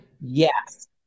Yes